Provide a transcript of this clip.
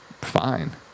fine